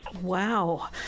Wow